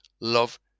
love